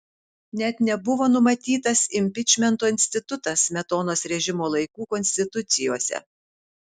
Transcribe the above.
net nebuvo numatytas impičmento institutas smetonos režimo laikų konstitucijose